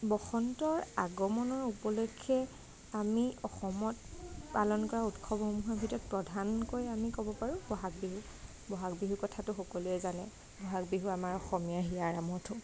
বসন্তৰ আগমণৰ উপলক্ষ্যে আমি অসমত পালন কৰা উৎসৱসমূহৰ ভিতৰত প্ৰধানকৈ আমি ক'ব পাৰোঁ বহাগ বিহু বহাগ বিহুৰ কথাটো সকলোৱে জানে বহাগ বিহু আমাৰ অসমীয়াৰ হিয়াৰ আমঠু